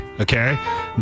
okay